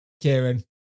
Kieran